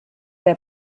der